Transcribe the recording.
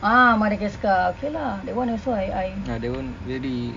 ah madagascar okay lah that [one] also I I